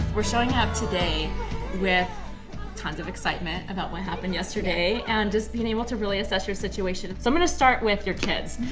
we're showing up today with tons of excitement about what happened yesterday, and just being able to really assess your situation. so i'm going to start with your kids.